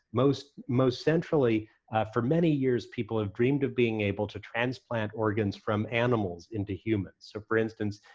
most most centrally for many years people have dreamed of being able to transplant organs from animals into humans. so for instance,